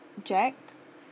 jack